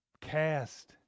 cast